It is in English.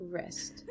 rest